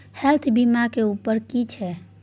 Health बीमा के उमर की छै?